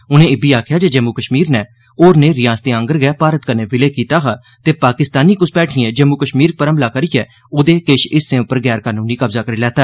उनें इब्बी आखेआ जे जम्मू कश्मीर नै होरनें रिआसतें आङर गै भारत कन्नै विलय कीता हा ते पाकिस्तानी घुसपैठिएं जम्मू कश्मीर पर हमला करियै ओहदे किश हिस्सें पर गैर कानूनी कब्जा करी लैता